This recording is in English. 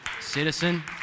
citizen